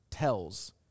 tells